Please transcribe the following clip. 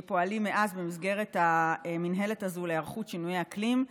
שפועלים מאז במסגרת המינהלת הזו להיערכות לשינויי אקלים.